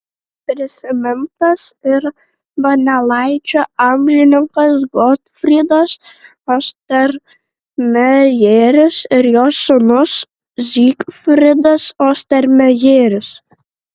prisimintinas ir donelaičio amžininkas gotfrydas ostermejeris ir jo sūnus zygfridas ostermejeris